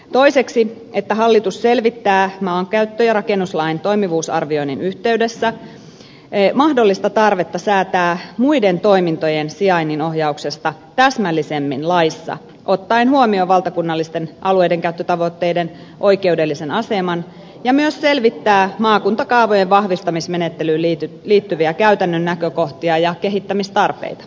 toiseksi että hallitus selvittää maankäyttö ja rakennuslain toimivuusarvioinnin yhteydessä mahdollista tarvetta säätää muiden toimintojen sijainnin ohjauksesta täsmällisemmin laissa ottaen huomioon valtakunnallisten alueidenkäyttötavoitteiden oikeudellisen aseman ja myös selvittää maakuntakaavojen vahvistamismenettelyyn liittyviä käytännön näkökohtia ja kehittämistarpeita